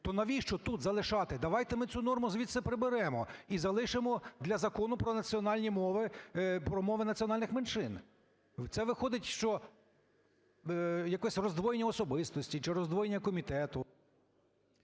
То навіщо тут залишати? Давайте ми цю норму звідси приберемо і залишимо для Закону про національні мови, про мови національних меншин. Це виходить, що якесь роздвоєння особистості чи роздвоєння комітету.